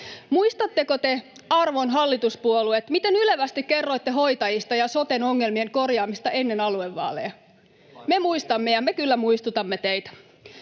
Muistatteko te, arvon hallituspuolueet, miten ylevästi kerroitte hoitajista ja soten ongelmien korjaamisesta ennen aluevaaleja? Me muistamme ja me kyllä muistutamme teitä.